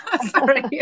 Sorry